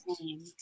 name